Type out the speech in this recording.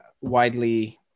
widely